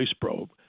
probe